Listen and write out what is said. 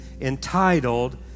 entitled